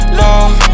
love